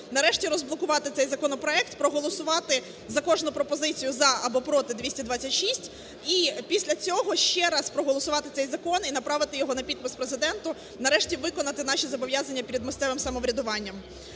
нарешті розблокувати цей законопроект, проголосувати за кожну пропозицію "за" або "проти" 226, і після цього ще раз проголосувати цей закон і направити його на підпис Президенту, нарешті виконати наші зобов'язання перед місцевим самоврядуванням.